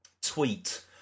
tweet